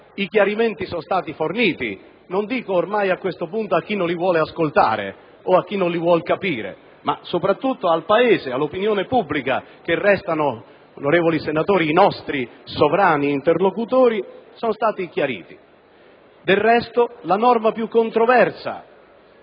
i chiarimenti sono stati forniti, non dico a questo punto a chi non li vuole ascoltare o a chi non li vuole capire, ma soprattutto al Paese, all'opinione pubblica che resta il nostro sovrano interlocutore. Del resto, la norma più controversa